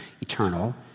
eternal